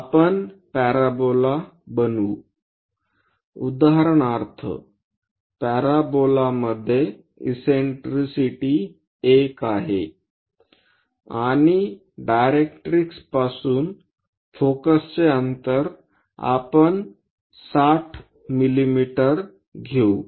आपण पॅराबोला बनवू उदाहरणार्थ पॅराबोलामध्ये इससेन्ट्रिसिटी 1 आहे आणि डायरेक्ट्रिक्सपासून फोकसचे अंतर आपण 60 मिमी घेऊ